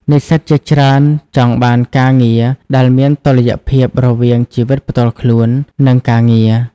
និស្សិតជាច្រើនចង់បានការងារដែលមានតុល្យភាពរវាងជីវិតផ្ទាល់ខ្លួន និងការងារ។